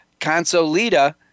Consolida